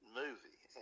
movie